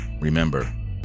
Remember